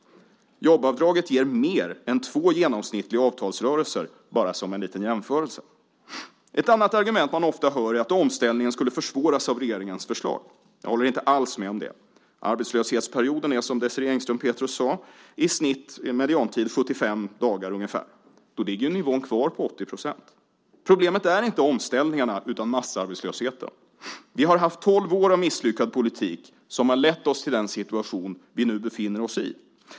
Jobbavdraget ger mer än två genomsnittliga avtalsrörelser - bara som en liten jämförelse. Ett annat argument man ofta hör är att omställningen skulle försvåras av regeringens förslag. Jag håller inte alls med om det. Arbetslöshetsperiodens mediantid är, som Désirée Pethrus Engström sade, ungefär 75 dagar. Då ligger nivån kvar på 80 %. Problemet är inte omställningarna utan massarbetslösheten. Vi har haft tolv år av misslyckad politik som har lett oss till den situation vi nu befinner oss i.